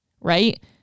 Right